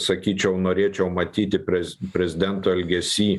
sakyčiau norėčiau matyti prez prezidento elgesy